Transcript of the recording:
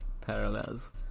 Parallels